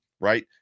right